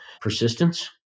persistence